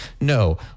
No